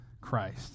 Christ